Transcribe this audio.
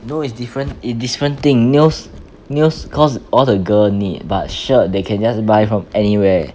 no is different is different thing nails nails cause all the girl need but shirt they can just buy from anywhere